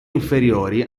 inferiori